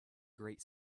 great